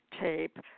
tape